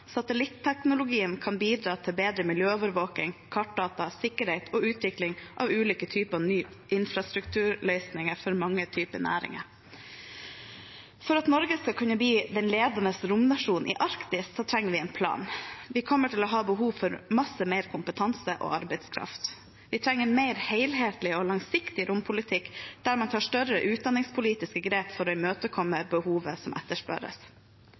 kan bidra til bedre miljøovervåking, kartdata, sikkerhet og utvikling av ulike typer nye infrastrukturløsninger for mange typer næringer. For at Norge skal kunne bli den ledende romnasjonen i Arktis, trenger vi en plan. Vi kommer til å ha behov for mye mer kompetanse og arbeidskraft. Vi trenger en mer helhetlig og langsiktig rompolitikk der man tar større utdanningspolitiske grep for å imøtekomme behovet som etterspørres.